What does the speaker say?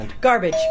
Garbage